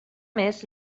més